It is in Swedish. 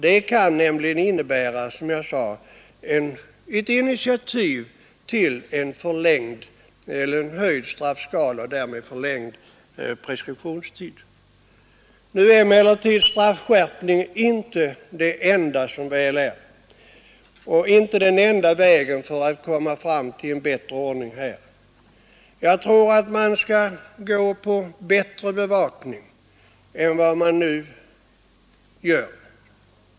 Det kan nämligen innebära, som jag sade, ett initiativ till en höjd straffskala och därmed en förlängd preskriptionstid. Nu är emellertid straffskärpning, som väl är, inte den enda v att komma fram till en bättre ordning här. Jag tror att man skall gå in för bättre bevakning än den som nu förekommer.